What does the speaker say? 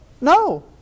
No